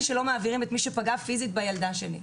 שלא מעבירים את מי שפגע פיזית בילדה שלי.